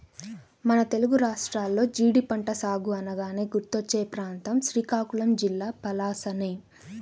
మన తెలుగు రాష్ట్రాల్లో జీడి పంట సాగు అనగానే గుర్తుకొచ్చే ప్రాంతం శ్రీకాకుళం జిల్లా పలాసనే